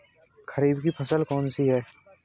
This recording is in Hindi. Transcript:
खरीफ की फसल कौन सी है?